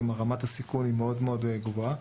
רמת הסיכון מאוד גבוהה.